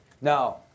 Now